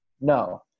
No